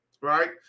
right